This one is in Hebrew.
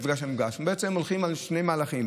הם הולכים על שני מהלכים: